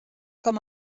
com